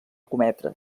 cometre